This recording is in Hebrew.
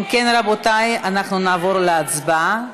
אם כן, רבותי, נעבור להצבעה.